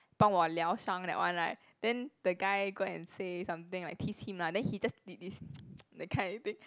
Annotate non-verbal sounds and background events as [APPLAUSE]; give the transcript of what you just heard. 帮我疗伤 that one right then the guy go and say something like tease him lah then he just did this [NOISE] that kind of thing